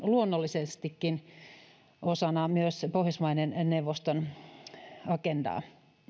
luonnollisestikin osana myös pohjoismaiden neuvoston agendaa